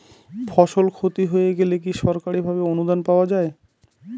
ফসল ক্ষতি হয়ে গেলে কি সরকারি ভাবে অনুদান পাওয়া য়ায়?